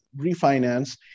refinance